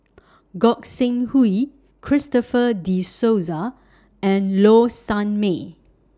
Gog Sing Hooi Christopher De Souza and Low Sanmay